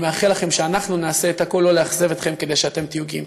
אני מאחל לכם שאנחנו נעשה את הכול לא לאכזב אתכם כדי שאתם תהיו גאים.